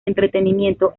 entretenimiento